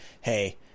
hey